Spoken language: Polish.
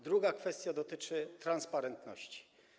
Druga kwestia dotyczy transparentności.